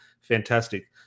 fantastic